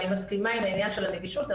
אני מסכימה עם העניין של הנגישות,